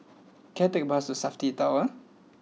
can I take a bus to Safti Tower